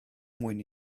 mwyn